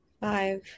five